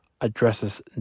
addresses